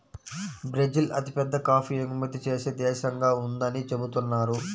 Brazil అతిపెద్ద coffee ఎగుమతి చేసే దేశంగా ఉందని చెబుతున్నారు